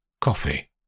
coffee